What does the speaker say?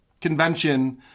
convention